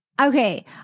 okay